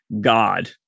God